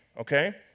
okay